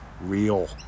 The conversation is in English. real